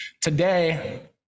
Today